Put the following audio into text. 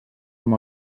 amb